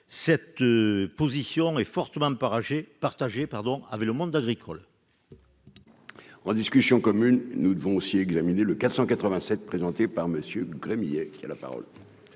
cette position est fortement par âgé partagé pardon avec le monde agricole. En discussion commune, nous devons aussi examiner le 487 présenté par Monsieur Gremillet, qui a la parole.